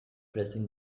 pressing